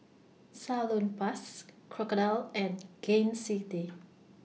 Salonpas Crocodile and Gain City